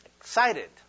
excited